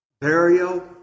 burial